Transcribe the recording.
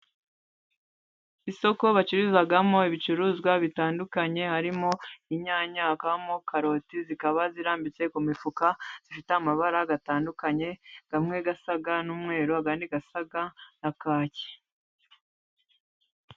Isoko bacururizamo ibicuruzwa bitandukanye, harimo inyanya, hakabamo karoti, zikaba zirambitse ku mifuka ifite amabara atandukanye, amwe asa n'umweru, andi asa na kaki.